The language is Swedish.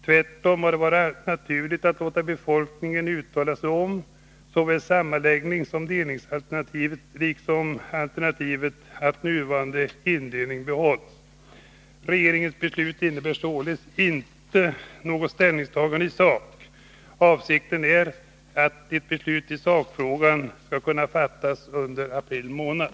Tvärtom har det varit naturligt att låta befolkningen uttala sig om såväl sammanläggningssom delningsalternativet liksom om alternativet att nuvarande indelning behålls. Regeringens beslut innebär således inte något ställningstagande i sak. Avsikten är att ett beslut i sakfrågan skall kunna fattas under april månad.